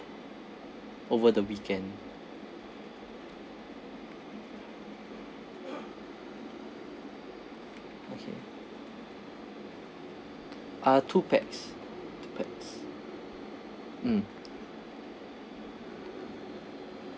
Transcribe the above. over the weekend okay uh two pax two pax mm